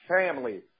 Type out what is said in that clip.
family